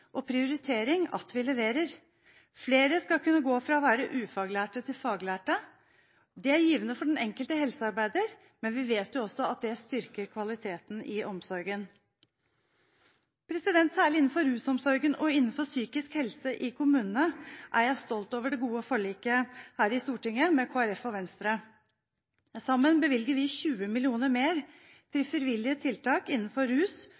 og prioritering at vi leverer. Flere skal kunne gå fra å være ufaglærte til å bli faglærte. Det er givende for den enkelte helsearbeider, men vi vet også at det styrker kvaliteten i omsorgen. Særlig innenfor rusomsorgen og innenfor psykisk helse i kommunene er jeg stolt over det gode forliket med Kristelig Folkeparti og Venstre her i Stortinget. Sammen bevilger vi 20 mill. kr mer til frivillige tiltak innenfor rus